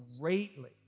greatly